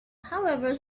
however